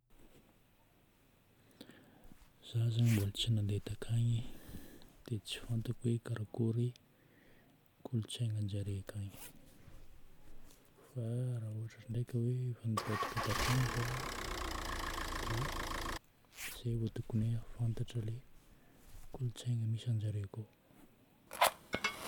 Za zagny mbola tsy nandeha takagny dia tsy fantako hoe karakory kolontsainan-jare akagny. Fa raha ohatra ndray efa nipetraka takagny za dia zay vô tokony hoe fantatra ilay kolontsaina misy an-jare koa.